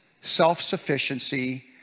self-sufficiency